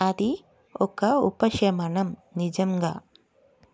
అది ఒక ఉపశమనం నిజంగా